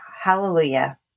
Hallelujah